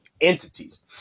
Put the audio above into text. entities